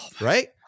Right